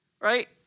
right